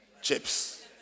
Chips